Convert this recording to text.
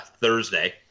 Thursday